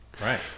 Right